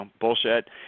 bullshit